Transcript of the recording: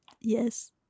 yes